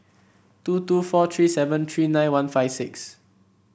two two four three seven three nine one five six